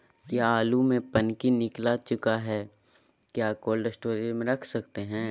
क्या आलु में पनकी निकला चुका हा क्या कोल्ड स्टोरेज में रख सकते हैं?